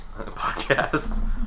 Podcasts